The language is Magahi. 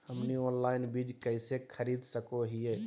हमनी ऑनलाइन बीज कइसे खरीद सको हीयइ?